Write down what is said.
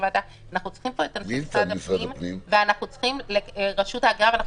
שאנחנו צריכים פה את משרד הפנים ואנחנו צריכים את רשות ההגירה ואנחנו